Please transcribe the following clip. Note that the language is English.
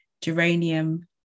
geranium